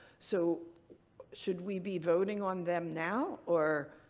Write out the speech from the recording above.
so should we be voting on them now or?